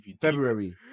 February